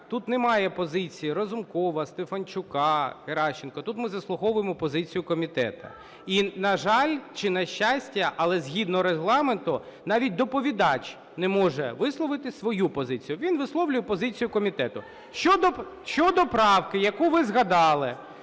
Тут немає позиції Разумкова, Стефанчука, Геращенко, тут ми заслуховуємо позицію комітету. І, на жаль, чи на щастя, але згідно Регламенту навіть доповідач не може висловити свою позицію. Він висловлює позицію комітету. Щодо правки, яку ви згадали,